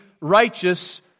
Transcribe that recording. righteous